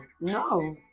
No